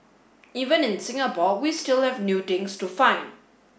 even in Singapore we still have new things to find